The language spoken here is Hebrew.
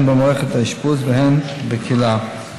הן במערכת האשפוז והן בקהילה.